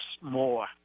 more